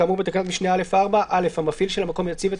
כאמור בתקנת משנה (א)(4) המפעיל של המקום יציב את